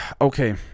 Okay